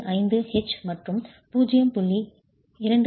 75 H மற்றும் 0